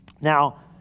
Now